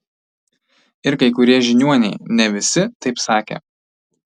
ir kai kurie žiniuoniai ne visi taip sakė